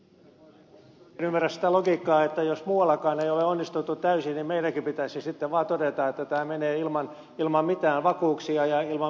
en ymmärrä sitä logiikkaa että jos muuallakaan ei ole onnistuttu täysin niin meidänkin pitäisi sitten vaan todeta että tämä menee ilman mitään vakuuksia ja ilman mitään vastuunkantoa